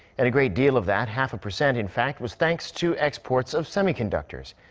and a great deal of that half a percent, in fact was thanks to exports of semiconductors.